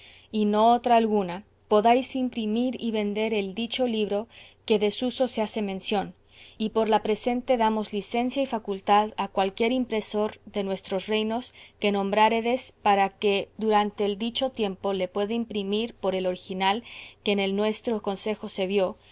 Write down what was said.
y no otra alguna podáis imprimir y vender el dicho libro que desuso se hace mención y por la presente damos licencia y facultad a cualquier impresor de nuestros reinos que nombráredes para que durante el dicho tiempo le pueda imprimir por el original que en el nuestro consejo se vio